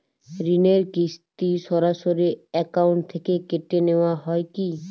ঋণের কিস্তি সরাসরি অ্যাকাউন্ট থেকে কেটে নেওয়া হয় কি?